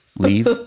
Leave